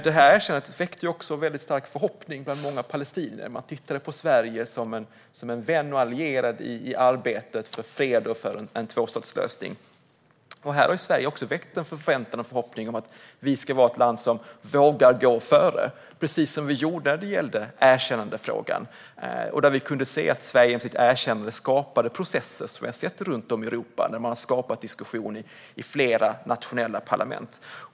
Detta erkännande väckte också en stark förhoppning bland många palestinier. Man tittade på Sverige som en vän och allierad i arbetet för fred och för en tvåstatslösning. Här har Sverige också väckt en förväntan och förhoppning om att vi ska vara ett land som vågar gå före, precis som vi gjorde när det gällde erkännandefrågan. Där satte Sverige genom sitt erkännande igång processer, som vi har sett runt om i Europa, där man har skapat diskussion i flera nationella parlament.